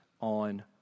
on